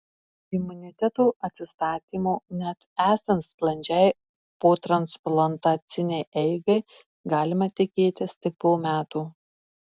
imuniteto atsistatymo net esant sklandžiai potransplantacinei eigai galima tikėtis tik po metų